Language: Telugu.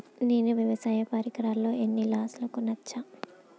నేను వ్యవసాయ పరికరాలను ఆన్ లైన్ లో కొనచ్చా?